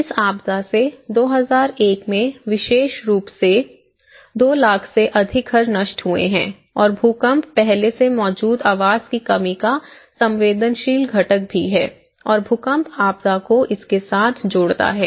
इस आपदा से 2001 में विशेष रुप से 200000 से अधिक घर नष्ट हुए है और भूकंप पहले से मौजूदा आवास की कमी का संवेदनशील घटक भी है और भूकंप आपदा को इसके साथ जोड़ता है